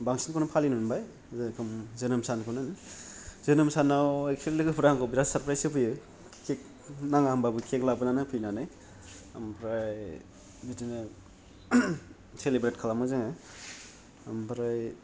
बांसिन खौनो फालिनो मोनबाय जेरेखम जोनोम सान खौनो होन जोनोम सानाव एकथुलि लोगोफोरा आंखौ बिराथ सारप्राइस होफैयो केक नाङा होनबाबो केक लाबोनानै होफैनानै आमफ्राय बिदिनो चेलिब्रेट खालामो जोंङो आमफराय